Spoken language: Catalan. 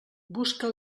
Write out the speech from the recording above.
busca